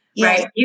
right